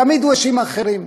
תמיד הוא האשים אחרים.